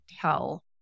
tell